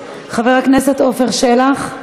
חבר הכנסת עפר שלח,